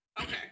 Okay